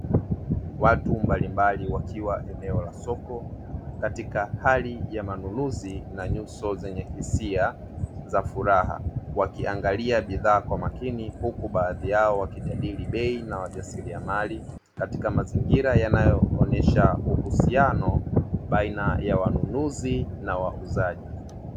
Watu mbalimbali wakiwa eneo la soko katika hali ya manunuzi na nyuso zenye hisia za furaha wakiangalia bidhaa kwa makini, huku baadhi yao wakijadili bei na wajasiriamali katika mazingira yanaonyesha uhusiano baiana ya wanunuzi na wauzaji.